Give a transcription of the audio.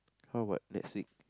how about next week